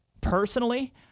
Personally